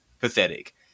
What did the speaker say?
pathetic